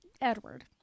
Edward